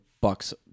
Bucks